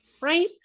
Right